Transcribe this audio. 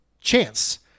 chance